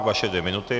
Vaše dvě minuty.